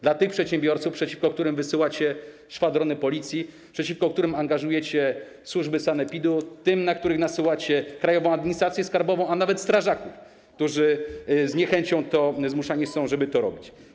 Dla tych przedsiębiorców, przeciwko którym wysyłacie szwadrony Policji, przeciwko którym angażujecie służby sanepidu, na których nasyłacie Krajową Administrację Skarbową, a nawet strażaków, którzy robią to z niechęcią, są zmuszani, żeby to robić.